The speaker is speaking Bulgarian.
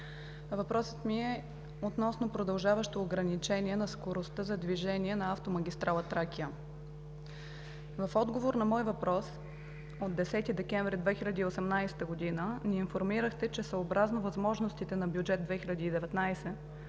Въпросът ми е относно продължаващо ограничение на скоростта за движение на автомагистрала „Тракия“. В отговор на мой въпрос от 10 декември 2018 г. ни информирахте, че съобразно възможностите на бюджет 2019